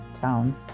towns